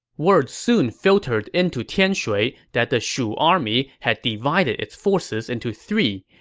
word soon filtered into tianshui that the shu army had divided its forces into three,